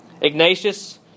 Ignatius